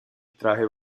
traje